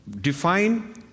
define